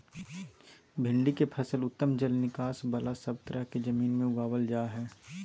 भिंडी के फसल उत्तम जल निकास बला सब तरह के जमीन में उगावल जा हई